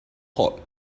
hot